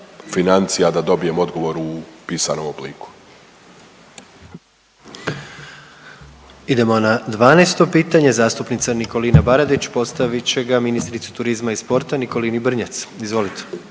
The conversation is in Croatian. financija da dobijem odgovor u pisanom obliku. **Jandroković, Gordan (HDZ)** Idemo na 12. pitanje, zastupnica Nikolina Baradić postavit će ga ministrici turizma i sporta Nikolini Brnjac, izvolite.